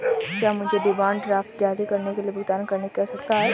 क्या मुझे demand draft जारी करने के लिए भुगतान करने की आवश्यकता है?